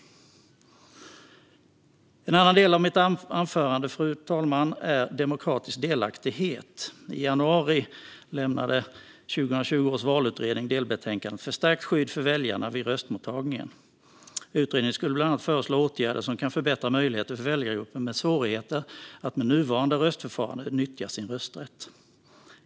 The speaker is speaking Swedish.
En annan sak jag vill ta upp i mitt anförande, fru talman, är demokratisk delaktighet. I januari lämnade 2020 års valutredning delbetänkandet Förstärkt skydd för väljarna vid röstmottagningen . Utredningen skulle bland annat föreslå åtgärder som kan förbättra möjligheten för väljargrupper med svårigheter att med nuvarande röstningsförfarande nyttja sin rösträtt.